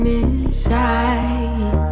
inside